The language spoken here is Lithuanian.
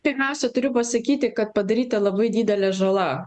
pirmiausia turiu pasakyti kad padaryta labai didelė žala